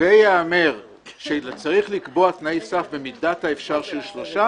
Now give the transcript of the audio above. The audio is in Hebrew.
וייאמר שצריך לקבוע תנאי סף במידת האפשר של שלושה,